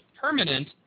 permanent